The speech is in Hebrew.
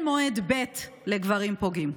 ואין מועד ב' לגברים פוגעים.